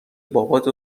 بابات